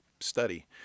study